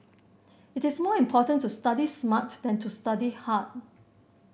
it is more important to study smart than to study hard